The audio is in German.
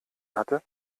hatte